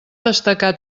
destacar